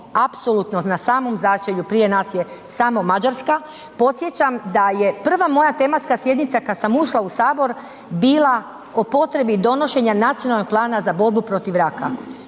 apsolutno na samom začelju, prije nas je samo Mađarska, podsjećam da je prva moja tematska sjednica kad sam ušla u HS bila o potrebi donošenja nacionalnog plana za borbu protiv raka,